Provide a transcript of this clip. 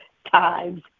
times